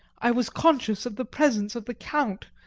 i was conscious of the presence of the count,